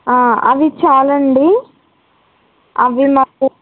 అవి చాలండీ అవి మాకు